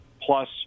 plus